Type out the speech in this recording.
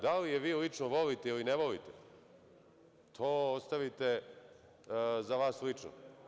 Da li je vi lično volite ili ne volite, to ostavite za vas lično.